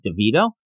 DeVito